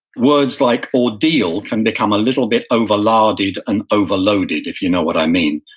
words like ordeal can become a little bit over larded and overloaded if you know what i mean,